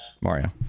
Mario